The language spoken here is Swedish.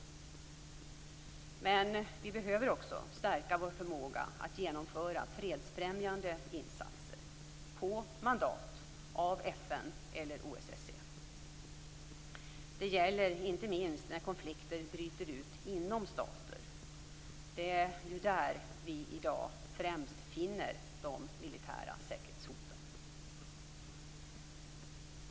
Men vi behöver också stärka vår förmåga att genomföra fredsfrämjande insatser på mandat från FN eller OSSE. Det gäller inte minst när konflikter bryter ut inom stater. Det är där vi i dag främst finner de militära säkerhetshoten.